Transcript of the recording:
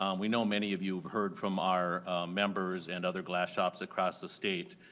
um we know many of you heard from our members and other glass shops across the state.